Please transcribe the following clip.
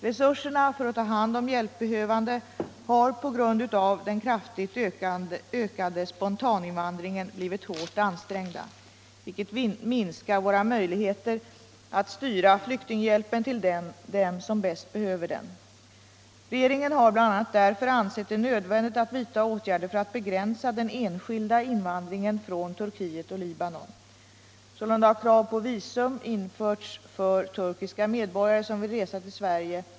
Resurserna för att ta hand om hjälpbehövande har på grund av den kraftigt ökade spontaninvandringen blivit hårt ansträngda, vilket minskar våra möjligheter att styra flyktinghjälpen till dem som bäst behöver den. Regeringen har bl.a. därför ansett det nödvändigt att vidta åtgärder för att begränsa den enskilda invandringen från Turkiet och Libanon. Sålunda har krav på visum införts för turkiska medborgare som vill resa till Sverige.